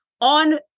on